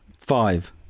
Five